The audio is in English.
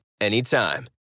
anytime